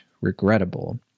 regrettable